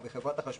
או בחברת החשמל,